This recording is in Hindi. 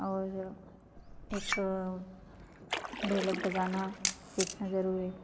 और एक ढोलक बजाना सीखना जरूरी है